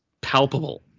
palpable